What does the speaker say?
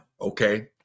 Okay